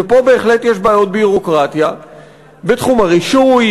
ופה בהחלט יש בעיות ביורוקרטיה בתחום הרישוי,